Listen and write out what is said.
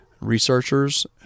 researchers